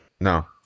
No